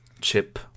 chip